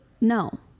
No